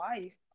life